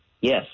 Yes